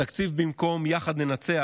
התקציב, במקום "יחד ננצח"